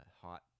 hot